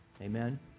Amen